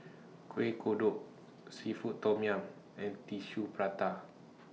Kuih Kodok Seafood Tom Yum and Tissue Prata